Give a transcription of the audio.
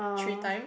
three times